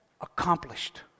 accomplished